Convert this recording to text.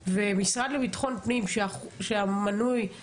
המשרד לביטחון פנים שאמון על זה והמשטרה,